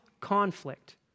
conflict